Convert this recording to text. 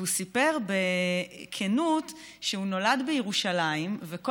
והוא סיפר בכנות שהוא נולד בירושלים וכל